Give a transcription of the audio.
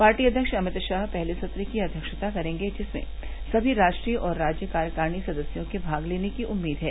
party अव्यव्त अमित शाह पहले सत्र की अव्यक्षता करेंगे जिसमें सनी राष्ट्रीय और राज्य कार्यकारिणी सदस्यों के भाग लेने की उम्मीद है